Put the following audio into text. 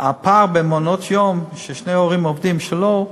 הפער במעונות-יום, כששני ההורים עובדים או שלא,